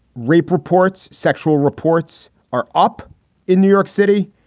rape reports, sexual reports are up in new york city.